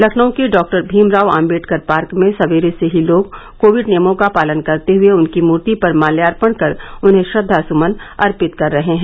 लखनऊ के doctor Bhimrao Ambedkar park में सबेरे से ही लोग कोविड नियमों का पालन करते हुए उनकी मूर्ति पर माल्यापर्ण कर उन्हें श्रद्वा सुमन अर्पित कर रहे हैं